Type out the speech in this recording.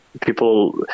people